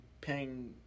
paying